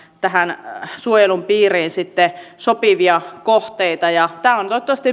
suojelun piiriin sopivia kohteita tämä on toivottavasti